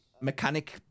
mechanic